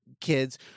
kids